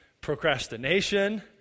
procrastination